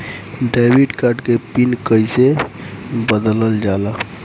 Debit card के PIN कईसे बदलल जाला?